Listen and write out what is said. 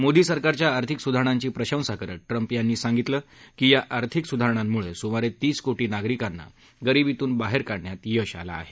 मोदी सरकारच्या आर्थिक सुधारणांची प्रशंसा करत ट्रम्प यांनी सांगितलं की या आर्थिक सुधारणांमुळे सुमारे तीस कोटी नागरिकांना गरीबीतून बाहेर काढण्यात यश आलं आहे